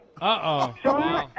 Uh-oh